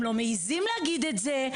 הם לא מעזים להגיד את זה,